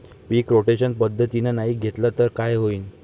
पीक rotation पद्धतीनं नाही घेतलं तर काय होईन?